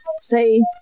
say